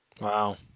Wow